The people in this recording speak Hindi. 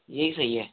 यही सही है